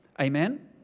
Amen